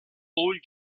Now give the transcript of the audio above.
all